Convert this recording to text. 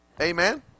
Amen